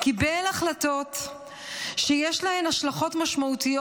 קיבל החלטות שיש להן השלכות משמעותיות